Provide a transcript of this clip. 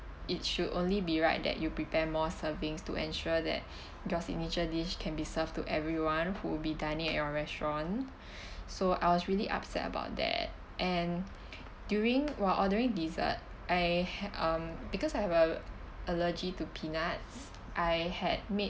it should only be right that you prepare more servings to ensure that your signature dish can be served to everyone who would be dining at your restaurant so I was really upset about that and during while ordering dessert I had um because I have a allergy to peanuts I had made